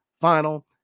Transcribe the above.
final